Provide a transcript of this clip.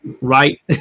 right